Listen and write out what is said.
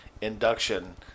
induction